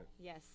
Yes